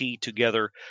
together